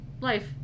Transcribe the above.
life